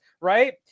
Right